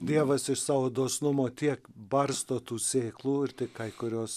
dievas iš savo dosnumo tiek barsto tų sėklų ir tik kai kurios